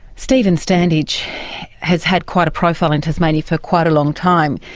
stephen standage has had quite a profile in tasmania for quite a long time.